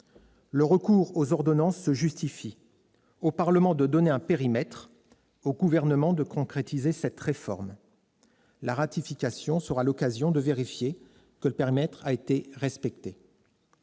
Le recours aux ordonnances se justifie : au Parlement de donner un périmètre, au Gouvernement de concrétiser cette réforme. La discussion du projet de loi de ratification sera l'occasion de vérifier que le périmètre a été respecté.